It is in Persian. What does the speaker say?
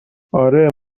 آره